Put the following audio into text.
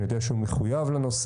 אני יודע שהוא מחויב לנושא,